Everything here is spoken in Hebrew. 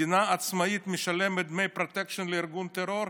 מדינה עצמאית משלמת דמי פרוטקשן לארגון טרור,